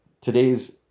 today's